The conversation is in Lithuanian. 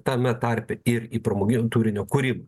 tame tarpe ir į pramoginio turinio kūrimą